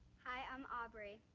hi, i'm aubrey.